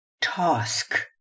task